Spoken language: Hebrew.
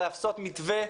לעשות מתווה,